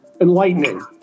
enlightening